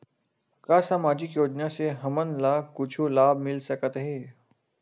का सामाजिक योजना से हमन ला कुछु लाभ मिल सकत हे?